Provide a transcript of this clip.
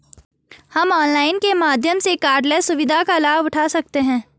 हम ऑनलाइन माध्यम से कॉर्डलेस सुविधा का लाभ उठा सकते हैं